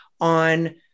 on